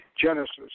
Genesis